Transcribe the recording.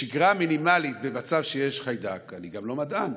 בשגרה מינימלית, במצב שיש חיידק, אני גם לא מדען,